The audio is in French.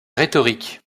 rhétorique